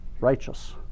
righteous